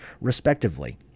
respectively